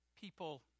People